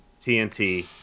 tnt